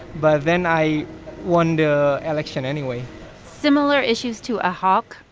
but then i won the election anyway similar issues to ahok?